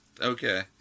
okay